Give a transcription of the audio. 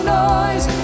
noise